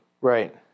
Right